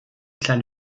kleine